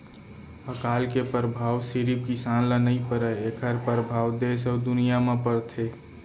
अकाल के परभाव सिरिफ किसान ल नइ परय एखर परभाव देस अउ दुनिया म परथे